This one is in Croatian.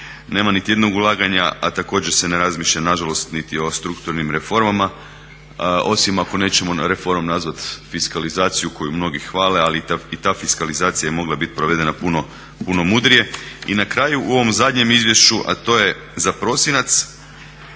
nema niti jednog ulaganja, a također se ne razmišlja nažalost niti o strukturnim reformama, osim ako nećemo reformom nazvat fiskalizaciju koju mnogi hvale, ali i ta fiskalizacija je mogla bit provedena puno mudrije. I na kraju u ovom zadnjem izvješću, a to je za prosinac,